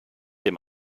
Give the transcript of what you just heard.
dem